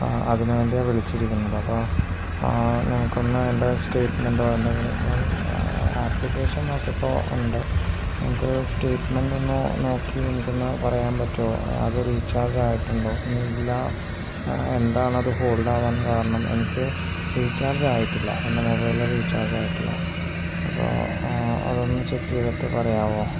അതിനു വേണ്ടിയാണു വിളിച്ചിരിക്കുന്നത് അപ്പോള് നിങ്ങള്ക്കൊന്ന് എൻ്റെ സ്റ്റേറ്റ്മെന്റോ എന്തെങ്കിലും ഞാൻ ആപ്ലിക്കേഷൻ നോക്കിയപ്പോള് ഉണ്ട് നിങ്ങള്ക്ക് സ്റ്റേറ്റ്മെൻറ് ഒന്നു നോക്കി എനിക്കൊന്നു പറയാൻ പറ്റുമോ അത് റീചാർജ് ആയിട്ടുണ്ടോ ഇനി ഇല്ല എന്താണത് ഹോൾഡ് ആവാൻ കാരണം എനിക്ക് റീചാർജ് ആയിട്ടില്ല എൻ്റെ മൊബൈല് റീചാർജ് ആയിട്ടില്ല അപ്പോള് അതൊന്ന് ചെക്ക് ചെയ്തിട്ട് പറയാമോ